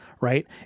right